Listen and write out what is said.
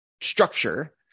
structure